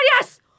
yes